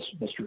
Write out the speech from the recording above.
Mr